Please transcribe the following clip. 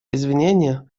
извинения